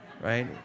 Right